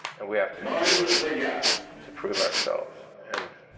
and we have to do it to prove ourselves. and